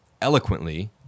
eloquently